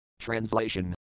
Translation